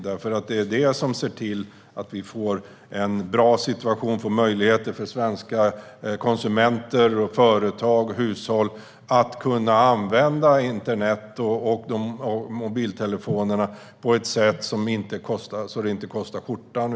Det är den som ser till att vi får en bra situation och möjligheter för svenska konsumenter, företag och hushåll att kunna använda internet och mobiltelefoner på ett sätt som inte kostar skjortan.